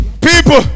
people